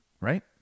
right